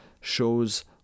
shows